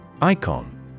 Icon